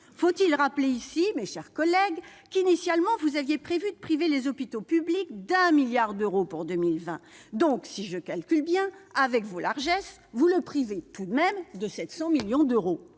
faut-il rappeler ici, mes chers collègues, que le Gouvernement avait initialement prévu de priver les hôpitaux publics de 1 milliard d'euros en 2020 ? Donc, si je calcule bien, avec vos largesses, vous le privez tout de même de 700 millions d'euros